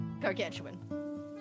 gargantuan